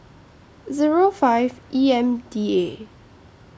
Zero five E M D A